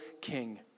king